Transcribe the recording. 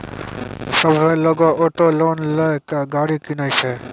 सभ्भे लोगै auto loan लेय के गाड़ी किनै छै